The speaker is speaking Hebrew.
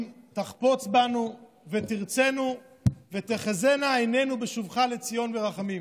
תחפוץ בנו ותרצנו ותחזינה עינינו בשובך לציון ברחמים".